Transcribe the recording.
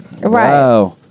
Right